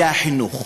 זה החינוך,